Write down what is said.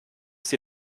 sie